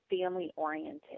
family-oriented